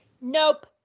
nope